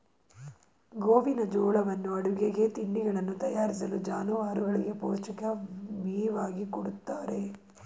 ಗೋವಿನಜೋಳವನ್ನು ಅಡುಗೆಗೆ, ತಿಂಡಿಗಳನ್ನು ತಯಾರಿಸಲು, ಜಾನುವಾರುಗಳಿಗೆ ಪೌಷ್ಟಿಕ ಮೇವಾಗಿ ಕೊಡುತ್ತಾರೆ